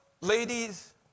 ladies